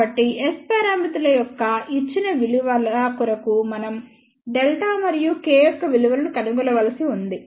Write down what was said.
కాబట్టి S పారామితుల యొక్క ఇచ్చిన విలువల కొరకు మనం Δ మరియు K యొక్క విలువను కనుగొనవలసి ఉంది